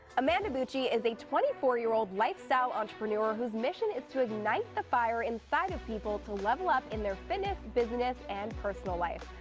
amanda bucci is a twenty four year old lifestyle entrepreneur whose mission is to ignite the fire inside of people to level up in their fitness, business and personal life.